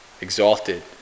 exalted